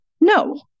no